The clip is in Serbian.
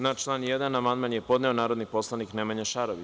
Na član 1. amandman je podneo narodni poslanik Nemanja Šarović.